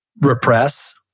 repress